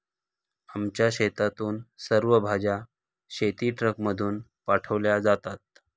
आमच्या शेतातून सर्व भाज्या शेतीट्रकमधून पाठवल्या जातात